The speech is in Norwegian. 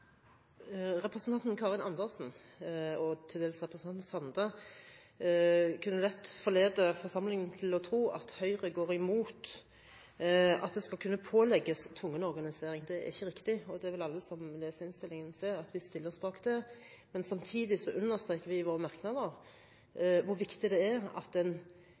Representanten Karin Andersen og til dels representanten Sande kunne lett forlede forsamlingen til å tro at Høyre går imot obligatorisk organisering. Det er ikke riktig. Alle som leser innstillingen, vil se at vi stiller oss bak det. Samtidig understreker vi i våre merknader hvor viktig det er at